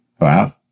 Wow